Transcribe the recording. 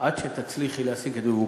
עד שתצליחי להשיג את מבוקשך.